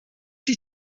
die